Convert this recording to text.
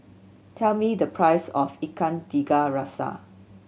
tell me the price of Ikan Tiga Rasa